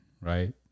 right